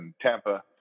Tampa